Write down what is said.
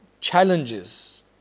challenges